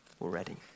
already